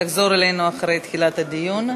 תחזור אלינו אחרי תחילת הדיון.